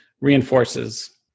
reinforces